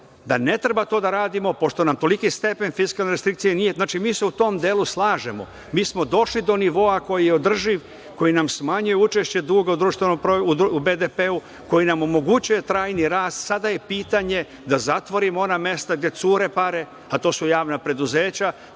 da ne treba to da radimo, pošto nam toliki stepen fiskalne restrikcije nije… Znači, mi se u tom delu slažemo. Mi smo došli do nivoa koji je održiv, koji nam smanjuje učešće duga u BDP-u, koji nam omogućuje trajni rast, a sada je pitanje da zatvorimo ona mesta gde cure pare, to su javna preduzeća,